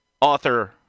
author